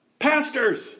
pastors